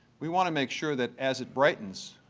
we want to make sure that as it brightens,